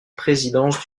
présidence